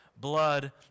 blood